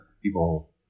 people